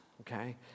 Okay